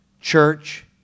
church